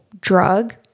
drug